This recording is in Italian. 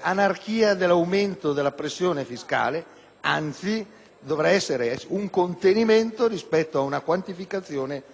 anarchia dell'aumento della pressione fiscale. Anzi, dovrà esserci un contenimento rispetto a una quantificazione e a una limitazione di quel costo.